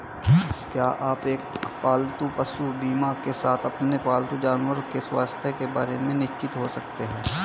आप एक पालतू पशु बीमा के साथ अपने पालतू जानवरों के स्वास्थ्य के बारे में निश्चिंत हो सकते हैं